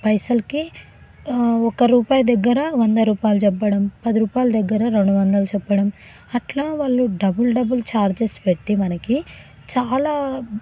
పైసల్కి ఒక రూపాయి దగ్గర వంద రూపాయలు చెప్పడం పది రూపాయల దగ్గర రెండు వందలు చెప్పడం అట్లా వాళ్ళు డబుల్ డబుల్ చార్జెస్ పెట్టి మనకి చాలా